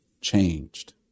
changed